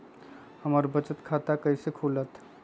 हमर बचत खाता कैसे खुलत?